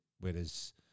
whereas